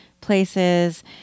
places